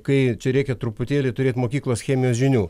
kai čia reikia truputėlį turėt mokyklos chemijos žinių